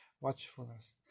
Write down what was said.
Watchfulness